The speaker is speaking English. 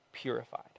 purified